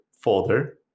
folder